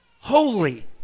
holy